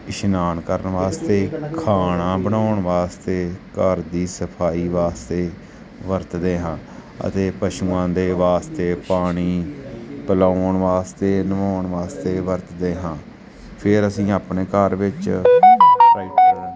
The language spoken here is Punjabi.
ਇਸ਼ਨਾਨ ਕਰਨ ਵਾਸਤੇ ਖਾਣਾ ਬਣਾਉਣ ਵਾਸਤੇ ਘਰ ਦੀ ਸਫਾਈ ਵਾਸਤੇ ਵਰਤਦੇ ਹਾਂ ਅਤੇ ਪਸ਼ੂਆਂ ਦੇ ਵਾਸਤੇ ਪਾਣੀ ਪਿਲਾਉਣ ਵਾਸਤੇ ਨਵਾਉਣ ਵਾਸਤੇ ਵਰਤਦੇ ਹਾਂ ਫਿਰ ਅਸੀਂ ਆਪਣੇ ਘਰ ਵਿੱਚ ਟਰੈਕਟਰ